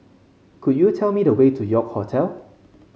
could you tell me the way to York Hotel